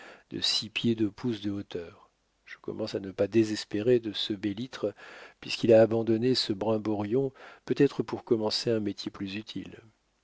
de six pieds deux pouces de hauteur je commence à ne pas désespérer de ce bel puisqu'il a abandonné ce brimborion peut-être pour commencer un métier plus utile